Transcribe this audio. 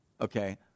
Okay